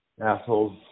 assholes